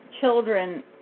children